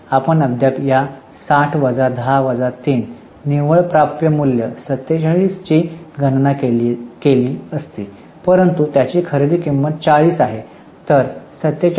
आपण अद्याप या 60 वजा 10 वजा 3 निव्वळ प्राप्य मूल्य 47 ची गणना केली असती परंतु त्याची खरेदी किंमत 40 आहे